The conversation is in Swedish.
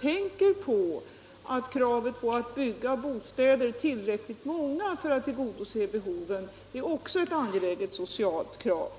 tänker på att kravet på att bygga tillräckligt många bostäder för att tillgodose behoven också är angeläget ur social synpunkt.